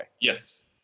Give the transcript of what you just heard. Yes